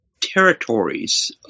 territories